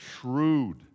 shrewd